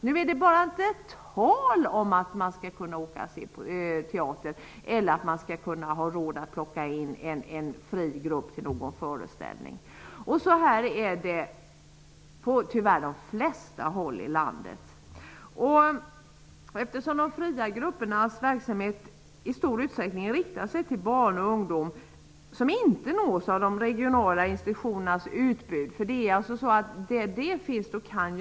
Nu är det bara inte tal om att man skall kunna åka och se på teater eller kunna ha råd att plocka in en fri grupp till någon föreställning. Så här är det tyvärr på de flesta håll i landet. De fria gruppernas verksamhet riktar sig i stor utsträckning till barn och ungdom som inte nås av de regionala institutionernas utbud.